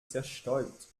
zerstäubt